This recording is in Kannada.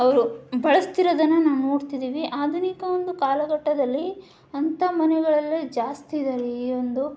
ಅವರು ಬಳಸ್ತಿರೋದನ್ನು ನಾನು ನೋಡ್ತಿದ್ದೀವಿ ಆಧುನಿಕ ಒಂದು ಕಾಲಘಟ್ಟದಲ್ಲಿ ಅಂತ ಮನೆಗಳಲ್ಲೇ ಜಾಸ್ತಿ ಇದ್ದಾರೆ ಈ ಒಂದು